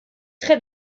très